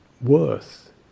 Worth